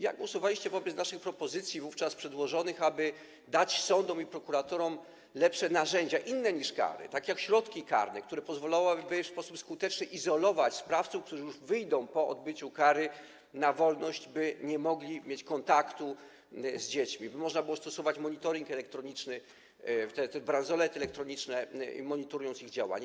Jak głosowaliście wobec naszych propozycji wówczas przedłożonych, aby dać sądom i prokuratorom lepsze narzędzia, inne niż kary, tak jak środki karne, które pozwalałyby w sposób skuteczny izolować sprawców, którzy już wyjdą po odbyciu kary na wolność, by nie mogli mieć kontaktu z dziećmi, by można było stosować monitoring elektroniczny, te bransolety elektroniczne i monitorować ich działanie?